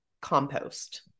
compost